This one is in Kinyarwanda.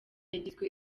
yagizwe